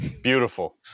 Beautiful